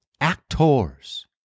actors